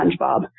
SpongeBob